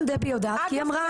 גם דבי יודעת כי היא אמרה,